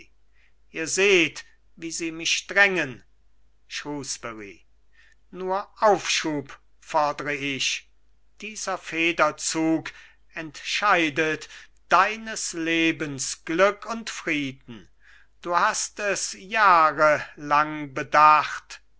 ihr seht wie sie mich drängen shrewsbury nur aufschub fordr ich dieser federzug entscheidet deines lebens glück und frieden du hast es jahrelang bedacht